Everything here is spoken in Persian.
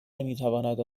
نمیتواند